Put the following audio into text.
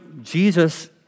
Jesus